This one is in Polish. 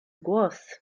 głos